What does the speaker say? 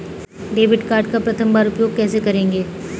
Debit card का प्रथम बार उपयोग कैसे करेंगे?